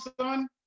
son